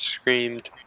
screamed